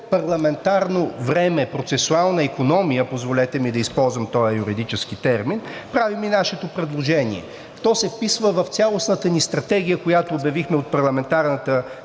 парламентарно време, процесуална икономия, позволете ми да използвам този юридически термин, правим и нашето предложение. То се вписва в цялостната ни стратегия, която обявихме от парламентарната